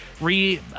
re-